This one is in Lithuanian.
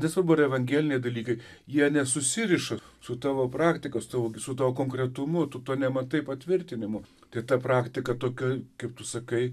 nesvarbu ar evangeliniai dalykai jie nesusiriša su tavo praktika su tavo su tuo konkretumu tu to nematai patvirtinimu tai ta praktika tokia kaip tu sakai